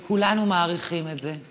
וכולנו מעריכים את זה.